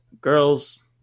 girls